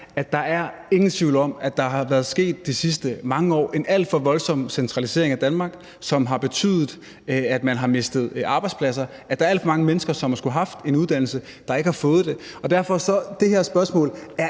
at der ingen tvivl er om, at der de sidste mange år er sket en alt for voldsom centralisering af Danmark, som har betydet, at man har mistet arbejdspladser. Der er alt for mange mennesker, som skulle have haft en uddannelse, der ikke har fået det. Derfor er det her spørgsmål